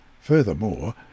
Furthermore